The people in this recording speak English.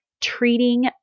treating